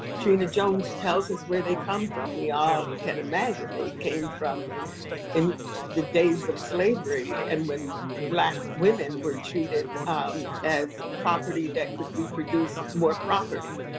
trina jones tells us where they come from. we all can imagine, they came from in the days of slavery and when black women were treated as property that could reproduce more property.